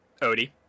Odie